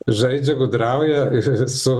žaidžia gudrauja ir su